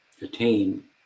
attain